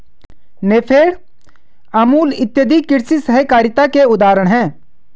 नेफेड, अमूल इत्यादि कृषि सहकारिता के उदाहरण हैं